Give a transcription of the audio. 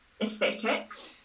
aesthetics